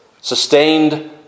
sustained